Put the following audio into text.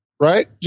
right